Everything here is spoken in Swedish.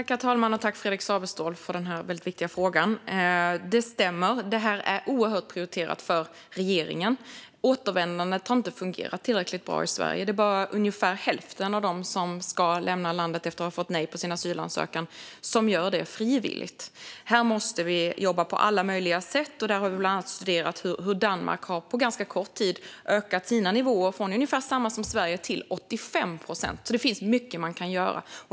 Herr talman! Tack, Fredrik Saweståhl, för denna viktiga fråga! Det stämmer att detta är oerhört prioriterat för regeringen. Återvändandet har inte fungerar tillräckligt bra i Sverige. Det är bara ungefär hälften av dem som ska lämna landet efter att fått nej på sin asylansökan som gör det frivilligt. Här måste vi jobba på alla möjliga sätt. Vi har bland annat studerat hur Danmark på ganska kort tid har ökat sina nivåer från ungefär samma som i Sverige till 85 procent. Det finns mycket man kan göra.